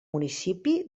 municipi